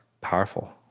powerful